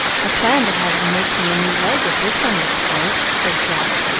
i planned to have you make me a new leg if this one was spoilt, said jack,